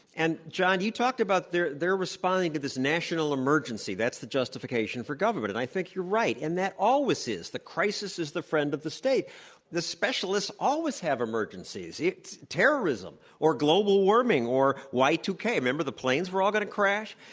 and john, you talked about they're they're responding to this national emergency. that's the justification for government, and i think you're right. and that always is. the crisis is the friend of the state. but there the specialists always have emergencies. it's terrorism or global warming or y two k. remember, the planes were all going to crash,